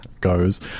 goes